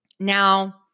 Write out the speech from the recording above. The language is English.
Now